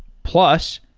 plus,